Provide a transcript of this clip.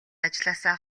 ажлаасаа